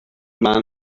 man